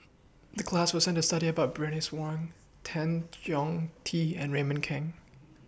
The class assignment was to study about Bernice Wong Tan Chong Tee and Raymond Kang